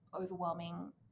overwhelming